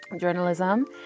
Journalism